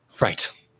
Right